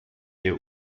der